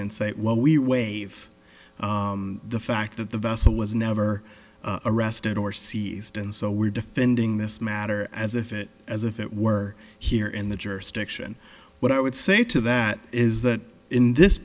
and say well we waive the fact that the vessel was never arrested or seized and so we're defending this matter as if it as if it were here in the jurisdiction what i would say to that is that in this